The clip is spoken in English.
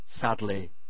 sadly